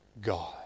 God